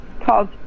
called